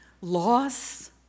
loss